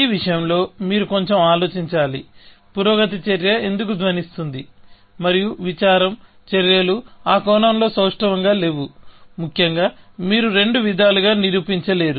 ఈ విషయంలో మీరు కొంచెం ఆలోచించాలి పురోగతి చర్య ఎందుకు ధ్వనిస్తుంది మరియు విచారం చర్యలు ఆ కోణంలో సౌష్టవంగా లేవు ముఖ్యంగా మీరు రెండు విధాలుగా నిరూపించలేరు